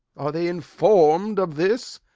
are they inform'd of this?